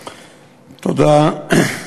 תודה.